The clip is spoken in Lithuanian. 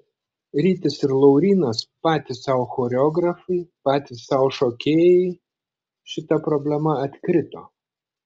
rytis ir laurynas patys sau choreografai patys sau šokėjai šita problema atkrito